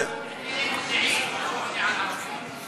לענייני מודיעין.